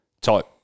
type